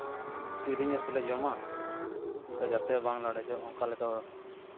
ᱫᱮᱨᱤ ᱧᱚᱜ ᱛᱮᱞᱮ ᱡᱚᱢᱟ ᱡᱟᱛᱮ ᱵᱟᱝ ᱞᱟᱲᱮᱡᱚᱜ ᱚᱱᱠᱟ ᱞᱮᱠᱟ